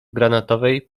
granatowej